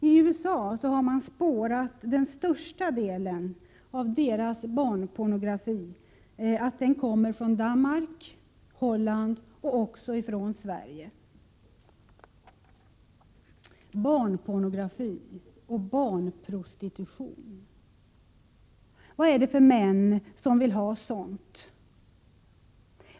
I USA har man spårat att den största delen av deras barnpornografi kommer från Danmark, Holland och även Sverige. Barnpornografi och barnprostitution — vad är det för män som vill ha sådant?